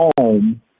home